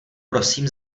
prosím